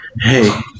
Hey